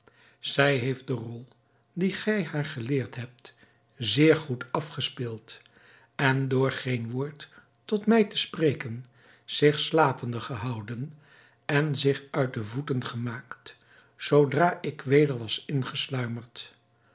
zij heeft de rol die gij haar geleerd hebt zeer goed afgespeeld en door geen woord tot mij te spreken zich slapende gehouden en zich uit de voeten gemaakt zoodra ik weder was